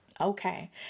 Okay